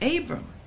Abram